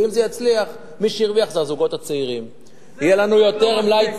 אם זה יצליח, מי שהרוויח זה הזוגות הצעירים.